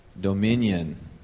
Dominion